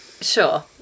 sure